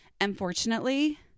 unfortunately